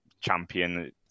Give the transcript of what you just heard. Champion